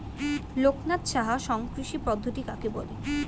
লোকনাথ সাহা শুষ্ককৃষি পদ্ধতি কাকে বলে?